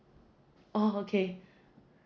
oh okay